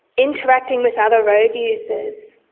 interacting with other road users.